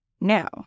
Now